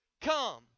come